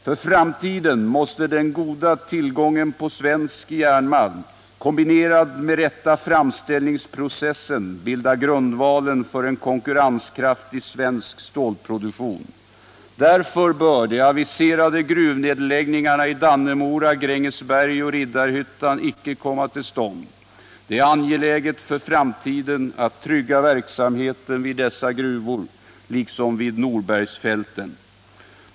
För framtiden måste den goda tillgången på svensk järnmalm, kombinerad med rätta framställningsprocesser, bilda grundvalen för en konkurrenskraftig svensk stålproduktion. Därför bör de aviserade gruvnedläggningarna i Dannemora, Grängesberg och Riddarhyttan icke komma till stånd. Det är angeläget för framtiden att trygga verksamheten vid dessa gruvor liksom vid Norbergsfälten.